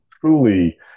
truly